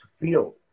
feel